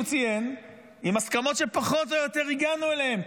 ציין עם הסכמות שפחות או יותר הגענו אליהן,